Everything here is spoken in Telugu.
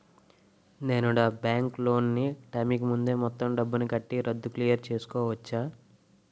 నేను నా బ్యాంక్ లోన్ నీ టైం కీ ముందే మొత్తం డబ్బుని కట్టి రద్దు క్లియర్ చేసుకోవచ్చా?